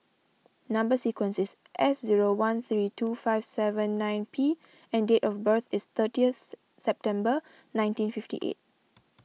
Number Sequence is S zero one three two five seven nine P and date of birth is thirtieth September nineteen fifty eight